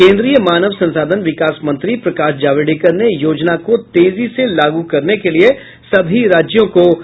केन्द्रीय मानव संसाधन विकास मंत्री प्रकाश जावड़ेकर ने योजना को तेजी से लागू करने के लिए सभी राज्यों को निर्देश दिया है